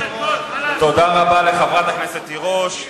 תודה רבה לחברת הכנסת תירוש.